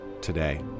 today